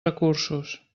recursos